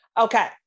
Okay